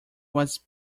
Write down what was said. was